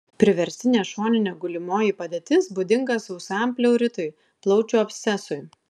priverstinė šoninė gulimoji padėtis būdinga sausam pleuritui plaučių abscesui